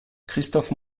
christophe